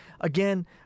again